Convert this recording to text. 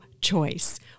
choice